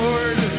Lord